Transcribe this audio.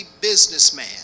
businessman